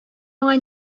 аңа